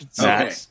okay